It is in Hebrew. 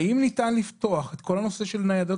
האם ניתן לפתוח את כל נושא ניידות